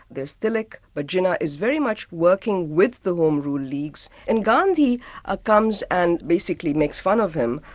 there's tilak but jinnah is very much working with the home rule leagues and gandhi ah comes and basically makes fun of him,